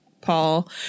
Paul